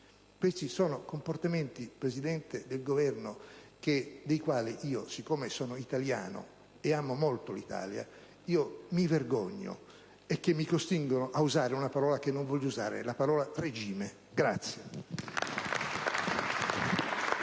questi sono comportamenti del Governo dei quali, siccome sono italiano e amo molto l'Italia, mi vergogno e che mi costringono a usare una parola che non avrei voluto usare: la parola «regime».